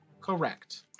Correct